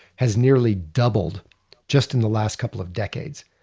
has nearly doubled just in the last couple of decades.